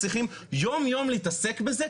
צריכים יום יום להתעסק בזה,